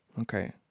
Okay